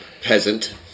peasant